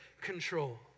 control